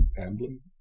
emblem